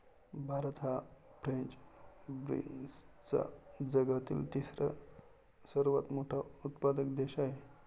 भारत हा फ्रेंच बीन्सचा जगातील तिसरा सर्वात मोठा उत्पादक देश आहे